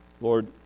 Lord